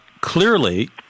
clearly